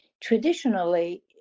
Traditionally